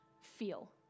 feel